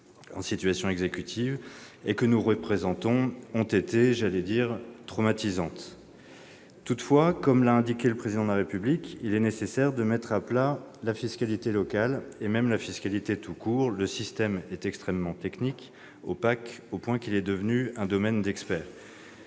dans les exécutifs, et que nous représentons, les années passées ont été très traumatisantes. Toutefois, comme l'a indiqué le Président de la République, il est nécessaire de mettre à plat la fiscalité locale, et même la fiscalité tout court. Le système est extrêmement technique, opaque, au point qu'il est devenu un domaine d'experts.